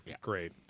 Great